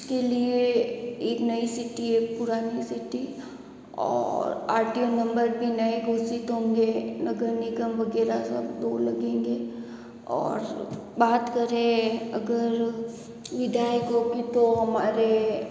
उसके लिए एक नई सिटी एक पुरानी सिटी और आर टी ओ नंबर भी नए घोषित होंगे नगर निगम वग़ैरह सब दो लगेंगे और बात करें अगर विधायकों की तो हमारे